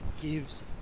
gives